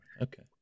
okay